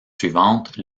suivantes